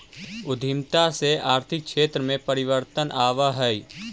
उद्यमिता से आर्थिक क्षेत्र में परिवर्तन आवऽ हई